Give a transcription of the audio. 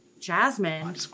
jasmine